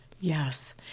Yes